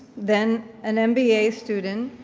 then an mba student,